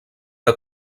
que